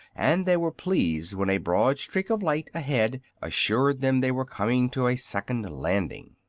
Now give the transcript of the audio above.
and they were pleased when a broad streak of light ahead assured them they were coming to a second landing.